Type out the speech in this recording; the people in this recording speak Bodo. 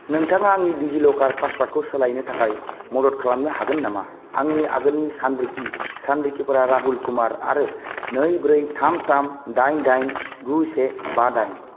नोंथाङा आंनि डिजिल'कार पासवार्डखौ सोलायनो थाखाय मदद खालामनो हागोन नामा आंनि आगोलनि सानरिखि सानरिखिफोरा राहुल कुमार आरो नै ब्रै थाम थाम दाइन दाइन गु से बा दाइन